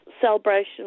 celebration